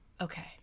okay